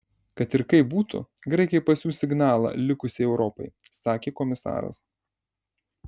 kad ir kaip būtų graikai pasiųs signalą likusiai europai sakė komisaras